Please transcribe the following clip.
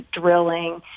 drilling